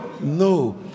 No